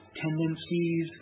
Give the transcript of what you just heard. tendencies